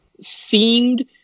seemed